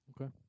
Okay